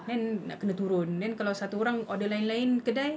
then nak kena turun then kalau satu orang order lain-lain kedai